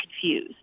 confused